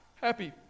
happy